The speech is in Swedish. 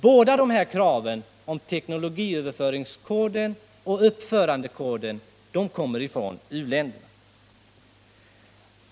Båda de här kraven, om teknologiöverföringskod och uppförandekod, kommer från u-länderna.